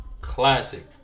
classic